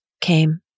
came